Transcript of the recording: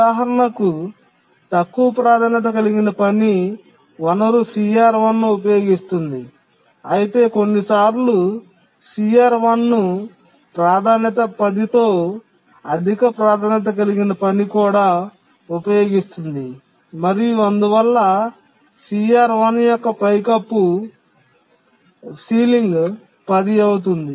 ఉదాహరణకు తక్కువ ప్రాధాన్యత కలిగిన పని వనరు CR1 ను ఉపయోగిస్తుంది అయితే కొన్నిసార్లు CR1 ను ప్రాధాన్యత 10 తో అధిక ప్రాధాన్యత కలిగిన పని కూడా ఉపయోగిస్తుంది మరియు అందువల్ల CR1 యొక్క పైకప్పు 10 అవుతుంది